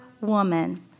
woman